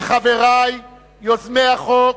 וחברי יוזמי החוק,